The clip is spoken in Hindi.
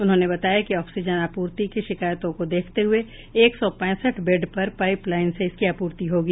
उन्होंने बताया कि आक्सीजन आपूर्ति की शिकायतों को देखते हुए एक सौ पैंसठ बेड पर पाइपलाइन से इसकी आपूर्ति होगी